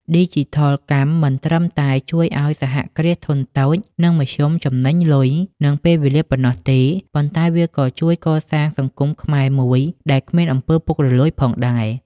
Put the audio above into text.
ឌីជីថលកម្មមិនត្រឹមតែជួយឱ្យ សហគ្រាសធុនតូច និងមធ្យម ចំណេញលុយ និងពេលវេលាប៉ុណ្ណោះទេ ប៉ុន្តែវាក៏ជួយកសាងសង្គមខ្មែរមួយដែលគ្មាន អំពើពុករលួយ ផងដែរ។